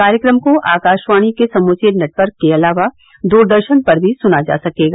कार्यक्रम को आकाशवाणी के समूचे नेटवर्क के अलावा द्रदर्शन पर भी सुना जा सकेगा